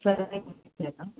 సరే మంచిది కదా